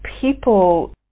people